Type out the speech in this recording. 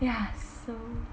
ya so